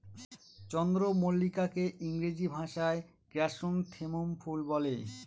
চন্দ্রমল্লিকাকে ইংরেজি ভাষায় ক্র্যাসনথেমুম ফুল বলে